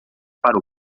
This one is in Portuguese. para